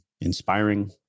inspiring